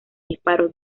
disparos